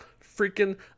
freaking